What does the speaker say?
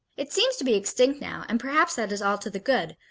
it seems to be extinct now, and perhaps that is all to the good,